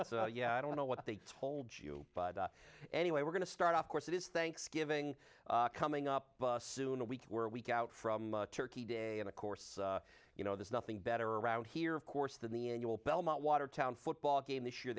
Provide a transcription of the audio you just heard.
to yeah i don't know what they told you anyway we're going to start off course it is thanksgiving coming up soon and we were a week out from turkey day and of course you know there's nothing better around here of course than the annual belmont watertown football game this year